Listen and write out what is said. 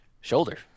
Shoulder